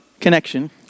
connection